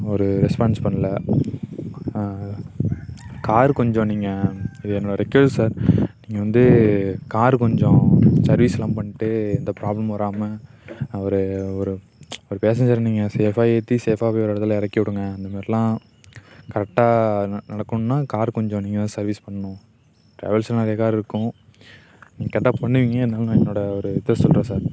ஒரு ரெஸ்பான்ஸ் பண்ணல கார் கொஞ்சம் நீங்கள் இது என்னோடய ரிக்கொஸ்ட் சார் நீங்கள் வந்து கார் கொஞ்சம் சர்வீஸ்லாம் பண்ணிட்டு எந்த ப்ராப்லமும் வராமல் அவர் ஒரு ஒரு பேஸஞ்சரை நீங்க சேஃப்பாக ஏற்றி சேஃப்பாக போய் ஒரு இடத்துல இறக்கி விடுங்கள் அந்தமாதிரில்லாம் கரெக்டாக அது நடக்கணுன்னால் கார் கொஞ்சம் நீங்கள்தான் சர்வீஸ் பண்ணணும் ட்ராவல்ஸ்னா நிறைய கார் இருக்கும் நீங்கள் கரெக்டாக பண்ணுவீங்க இருந்தாலும் நான் என்னோடய ஒரு இதை சொல்கிறேன் சார்